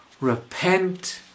Repent